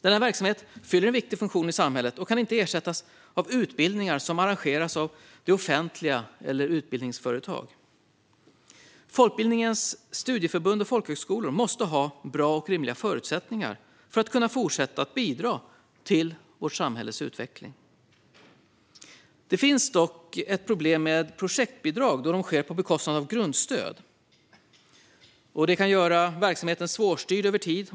Denna verksamhet fyller en viktig funktion i samhället och kan inte ersättas av utbildningar som arrangeras av det offentliga eller utbildningsföretag. Folkbildningens studieförbund och folkhögskolor måste ha bra och rimliga förutsättningar för att kunna fortsätta bidra till vårt samhälles utveckling. Det finns dock ett problem med projektbidrag när de sker på bekostnad av grundstöd. Det kan göra verksamheten svårstyrd över tid.